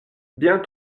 bien